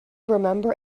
remember